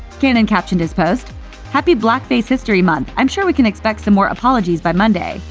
cannon captioned his post happy blackface history month! i'm sure we can expect some more apologies by monday,